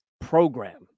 program